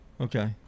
Okay